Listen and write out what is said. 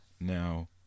Now